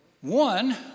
One